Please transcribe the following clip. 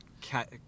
cat